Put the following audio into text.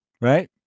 right